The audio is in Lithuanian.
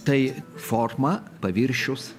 tai forma paviršius